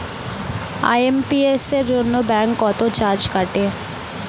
IMPS এর জন্য bank কত চার্জ কাটে?